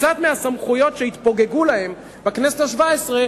קצת מהסמכויות שהתפוגגו בכנסת השבע-עשרה,